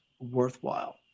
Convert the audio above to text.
worthwhile